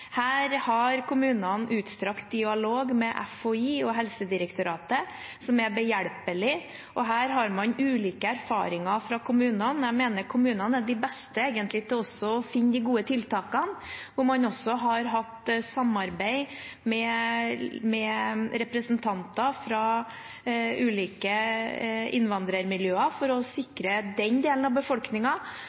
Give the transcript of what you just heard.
har utstrakt dialog med FHI og Helsedirektoratet, som er behjelpelige. Man har også ulike erfaringer fra kommunene, og jeg mener kommunene egentlig er de beste til også å finne de gode tiltakene. Man har bl.a. hatt samarbeid med representanter fra ulike innvandrermiljøer for å sikre den delen av